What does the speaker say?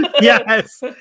Yes